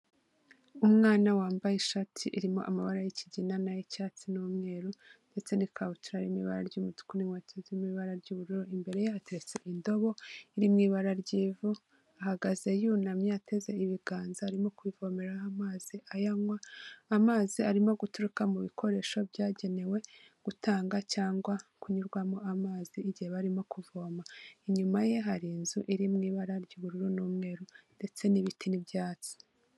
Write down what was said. Umwana wambaye ishati irimo amabara y'ikigina n'ay'icyatsi n'umweru ndetse n'ikabutura irimo ibara ry'umutuku n'inkweto zirimo ibara ry'ubururu, imbere ye hateretse indobo iri mu ibara ry'ivu, ahagaze yunamye ateze ibiganza arimo kuvomeraraho amazi ayanywa, amazi arimo guturuka mu bikoresho byagenewe gutanga cyangwa kunyurwamo amazi igihe barimo kuvoma, inyuma ye hari inzu irimo ibara ry'ubururu n'umweru ndetse n'ibiti n'ibyatsi.